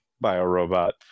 bio-robot